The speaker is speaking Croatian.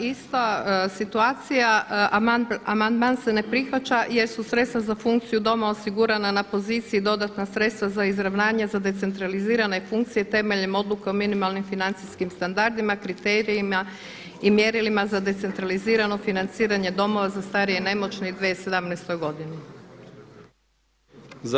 Ista situacija, amandman se ne prihvaća jer su sredstva za funkciju doma osigurana na poziciji dodatna sredstva za izravnanje za decentralizirane funkcije temeljem Odluke o minimalnim financijskim standardima, kriterijima i mjerilima za decentralizirano financiranje domova za starije i nemoćne u 2017. godini.